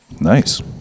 nice